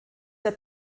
der